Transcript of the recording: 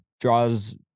draws